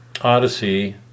Odyssey